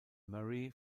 murray